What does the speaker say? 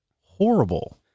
horrible